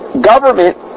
government